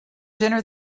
dinner